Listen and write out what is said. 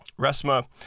Resma